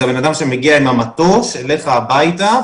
זה הבן אדם שמגיע עם המטוש אליך הביתה,